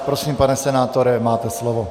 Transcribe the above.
Prosím, pane senátore, máte slovo.